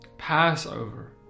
Passover